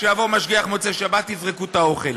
שיבוא משגיח במוצאי-שבת, יזרקו את האוכל.